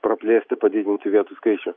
praplėsti padidinti vietų skaičių